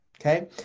okay